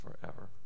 forever